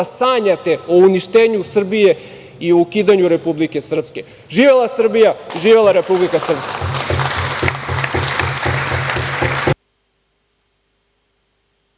sanjate o uništenju Srbije i o ukidanju Republike Srpske. Živela Srbija! Živela Republika Srpska!